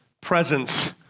presence